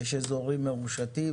יש אזורים מרושתים,